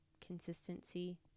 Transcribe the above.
consistency